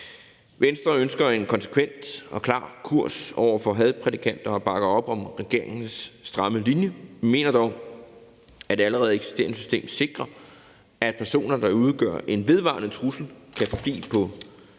Venstre ønsker en konsekvent og klar kurs over for hadprædikanter og bakker op om regeringens stramme linje. Vi mener dog, at det allerede eksisterende system sikrer, at personer, der udgør en vedvarende trussel, kan forblive på